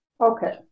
Okay